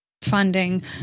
funding